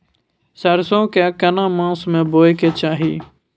सरसो के केना मास में बोय के चाही?